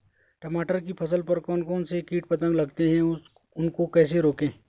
टमाटर की फसल पर कौन कौन से कीट पतंग लगते हैं उनको कैसे रोकें?